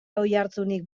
oihartzunik